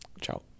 Ciao